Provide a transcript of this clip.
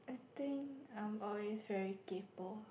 I think I'm always veyr kaypo